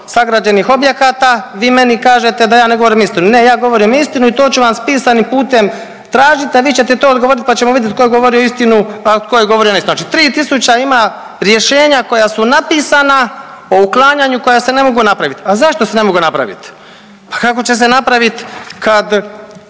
sagrađenih objekata, vi meni kažete da ja ne govorim istinu, ne ja govorim istinu i to ću vas pisanim putem tražiti, a vi ćete to odgovorit pa ćemo vidjet tko je govorio istinu, a tko je govorio neistinu. Znači 3.000 ima rješenja koja su napisana o uklanjanju koja se ne mogu napraviti. A zašto se napravit? Pa kako će se napraviti kad